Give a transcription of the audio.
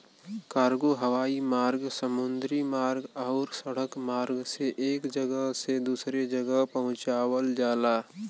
cargo हवाई मार्ग समुद्री मार्ग आउर सड़क मार्ग से एक जगह से दूसरे जगह पहुंचावल जाला